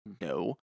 no